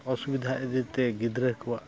ᱚᱥᱩᱵᱤᱫᱷᱟ ᱤᱫᱤᱛᱮ ᱜᱤᱫᱽᱨᱟᱹ ᱠᱚᱣᱟᱜ